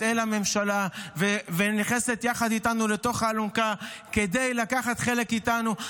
אל הממשלה ונכנסת יחד איתנו מתחת לאלונקה כדי לקחת חלק איתנו.